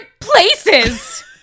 places